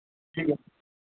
ठीक है